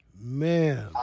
Man